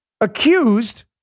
accused